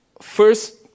first